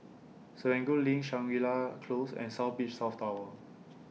Serangoon LINK Shangri La Close and South Beach South Tower